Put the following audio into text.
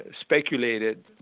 speculated